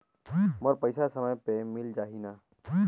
मोर पइसा समय पे मिल जाही न?